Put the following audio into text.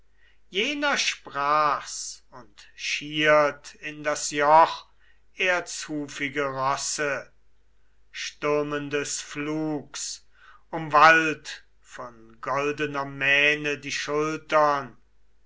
jener sprach's und schirrt in das joch erzhufige rosse stürmendes flugs umwallt von goldener mähne die schultern